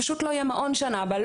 פשוט לא יהיה מעון שנה הבאה,